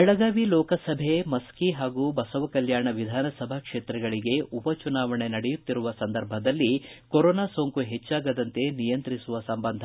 ಬೆಳಗಾವಿ ಲೋಕಸಭೆ ಮಸ್ತಿ ಹಾಗೂ ಬಸವಕಲ್ಯಾಣ ವಿಧಾನಸಭಾ ಕ್ಷೇತ್ರಗಳಿಗೆ ಉಪಚುನಾವಣೆ ನಡೆಯುತ್ತಿರುವ ಸಂದರ್ಭದಲ್ಲಿ ಕೊರೋನಾ ಸೋಂಕು ಹೆಚ್ಚಾಗದಂತೆ ನಿಯಂತ್ರಿಸುವ ಸಂಬಂಧ